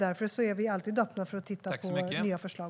Därför är vi alltid öppna för att titta på nya förslag.